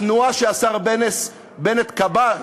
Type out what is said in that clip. התנועה שהשר בנט כבש,